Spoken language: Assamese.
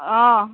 অঁ